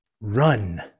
run